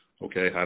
okay